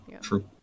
true